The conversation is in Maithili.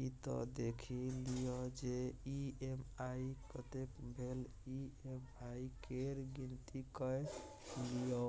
ई त देखि लिअ जे ई.एम.आई कतेक भेल ई.एम.आई केर गिनती कए लियौ